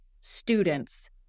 students